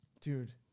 dude